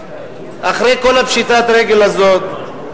אחרי כל פשיטת הרגל הזאת,